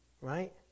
Right